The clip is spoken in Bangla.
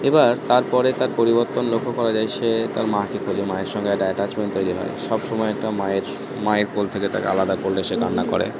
এবার তারপরে তার পরিবর্তন লক্ষ্য করা যায় সে তার মাকে খোঁজে মায়ের সঙ্গে একটা অ্যাটাচমেন্ট তৈরি হয় সব সময় একটা মায়ের মায়ের কোল থেকে তাকে আলাদা করলে সে কান্না করে